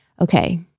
Okay